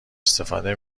استفاده